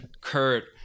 Kurt